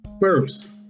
first